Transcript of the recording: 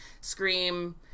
Scream